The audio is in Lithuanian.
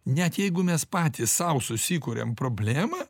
net jeigu mes patys sau susikuriam problemą